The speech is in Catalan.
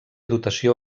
dotació